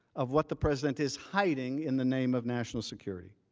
of what the president is hiding in the name of national security.